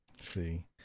See